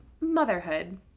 motherhood